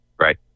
right